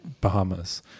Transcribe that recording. Bahamas